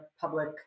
public